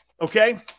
Okay